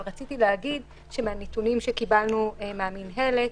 אבל רציתי להגיד שמהנתונים שקיבלנו מן המינהלת,